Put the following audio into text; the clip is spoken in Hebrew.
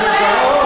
לא, חצוף.